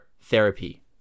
therapy